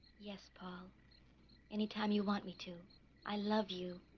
yes, paul anytime you want me to i love you.